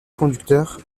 conducteurs